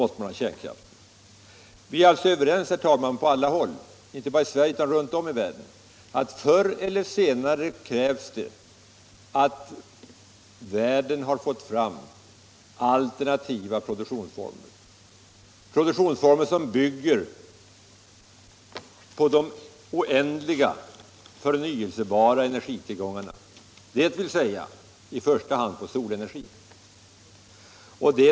Vi är alltså överens, herr talman, på alla håll, inte bara i Sverige utan runt om i världen, att det förr eller senare krävs alternativa produktionsformer i världen, som bygger på de oändliga förnyelsebara energitillgångarna, dvs. i första hand på solenergin.